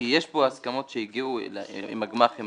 יש פה הסכמות שהגיעו אליהן עם הגמ"חים